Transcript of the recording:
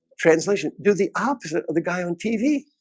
translation do the opposite of the guy on tv